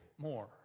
More